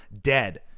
dead